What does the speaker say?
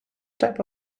type